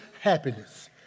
happiness